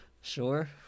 Sure